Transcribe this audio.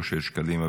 אושר שקלים,